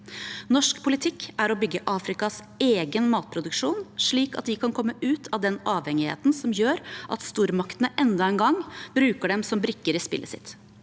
Norsk politikk er å bygge Afrikas egen matproduksjon, slik at de kan komme ut av den avhengigheten som gjør at stormaktene enda en gang bruker dem som brikker i spillet sitt.